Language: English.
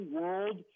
world